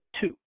two